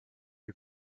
lui